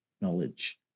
knowledge